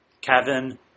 Kevin